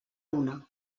una